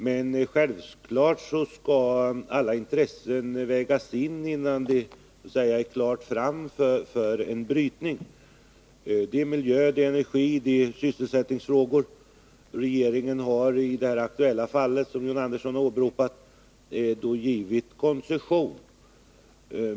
Men självfallet skall alla intressen vägas in, innan det så att säga är klart fram för brytning. Det gäller miljön, det gäller energioch sysselsättningsfrågor. Regeringen har i det här aktuella fallet, som John Andersson har åberopat, givit koncession.